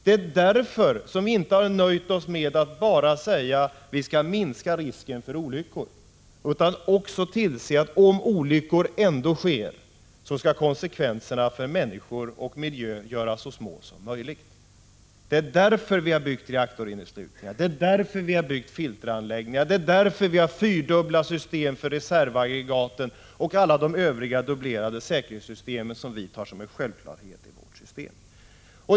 Det är därför som vi inte nöjt oss med att bara säga att vi skall minska risken för olyckor utan också har sett till att, om en olycka ändå skulle inträffa, konsekvenserna för människor och miljö görs så små som möjligt. Det är därför vi har byggt reaktorinneslutningar och filteranläggningar samt har fyrdubbla system för reservaggregat och alla de övriga dubbla säkerhetssystemen, som vi tar som självklara.